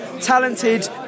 talented